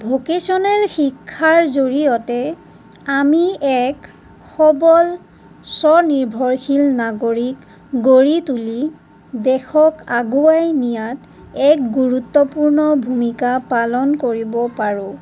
vocational শিক্ষাৰ জৰিয়তে আমি এক সবল স্বনিৰ্ভৰশীল নাগৰিক গঢ়ি তুলি দেশক আগুৱাই নিয়াত এক গুৰুত্বপূৰ্ণ ভূমিকা পালন কৰিব পাৰোঁ